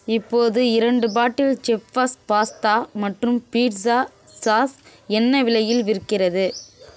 இப்போது இரண்டு bottle chef boss pasta மற்றும் பீட்ஸா சாஸ் என்ன விலையில் விற்கிறது